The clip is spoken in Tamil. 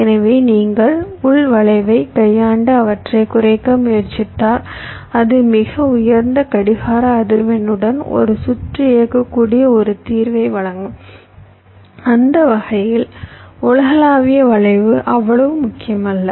எனவே நீங்கள் உள் வளைவைக் கையாண்டு அவற்றைக் குறைக்க முயற்சித்தால் அது மிக உயர்ந்த கடிகார அதிர்வெண்ணுடன் ஒரு சுற்று இயக்கக்கூடிய ஒரு தீர்வை வழங்கும் அந்த வகையில் உலகளாவிய வளைவு அவ்வளவு முக்கியமல்ல